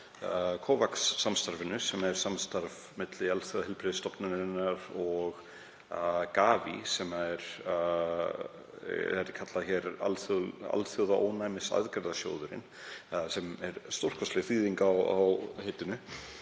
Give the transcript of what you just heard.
COVAX-samstarfinu, sem er samstarf milli Alþjóðaheilbrigðisstofnunarinnar og GAVI, sem hér er kallað Alþjóðaónæmisaðgerðasjóðurinn, sem er stórkostleg þýðing á heitinu.